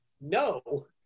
No